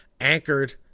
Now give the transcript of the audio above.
anchored